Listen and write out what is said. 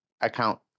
account